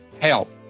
help